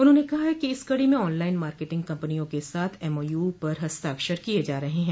उन्होंने कहा कि इस कड़ी में ऑन लाइन मार्केटिंग कम्पनियों के साथ एमओयू पर हस्ताक्षर किये जा रहे हैं